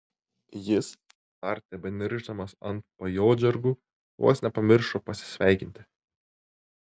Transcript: jis dar tebeniršdamas ant pajodžargų vos nepamiršo pasisveikinti